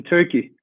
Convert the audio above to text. Turkey